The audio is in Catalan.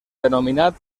denominat